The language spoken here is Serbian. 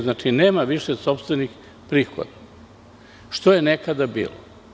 Znači, nema više sopstvenih prihoda, što je nekada bilo.